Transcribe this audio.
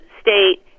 state